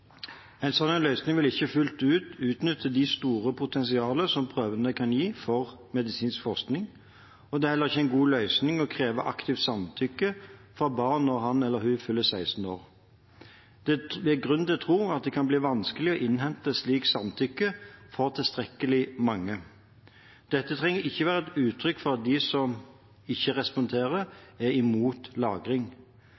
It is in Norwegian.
En slik løsning vil ikke fullt ut utnytte det store potensialet som prøvene kan ha for medisinsk forskning. Det er heller ikke en god løsning å kreve aktivt samtykke fra barnet når han eller hun fyller 16 år. Det er grunn til å tro at det kan bli vanskelig å innhente slikt samtykke fra tilstrekkelig mange. Dette trenger ikke å være et uttrykk for at de som ikke responderer,